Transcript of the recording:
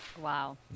Wow